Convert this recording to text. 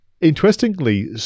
interestingly